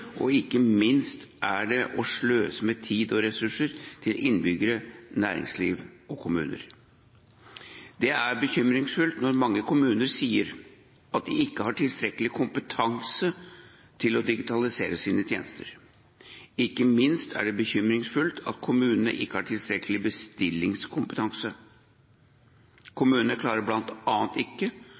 og ikke minst er det å sløse med tid og ressurser til innbyggere, næringsliv og kommuner. Det er bekymringsfullt når mange kommuner sier at de ikke har tilstrekkelig kompetanse til å digitalisere sine tjenester. Ikke minst er det bekymringsfullt at kommunene ikke har tilstrekkelig bestillerkompetanse. Kommunene klarer bl.a. ikke